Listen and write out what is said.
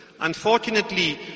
Unfortunately